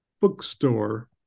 bookstore